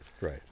right